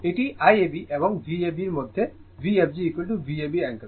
এটি Iab এবং Vab মধ্যে VfgVab অ্যাঙ্গেল